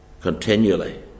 continually